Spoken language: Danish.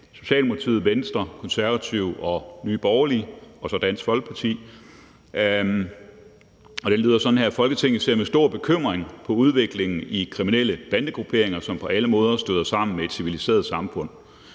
Socialdemokratiet, Venstre, Konservative, Nye Borgerlige og Dansk Folkeparti. Og det lyder sådan her: Forslag til vedtagelse »Folketinget ser med stor bekymring på udviklingen i kriminelle bandegrupperinger, som på alle måder støder sammen med et civiliseret samfund.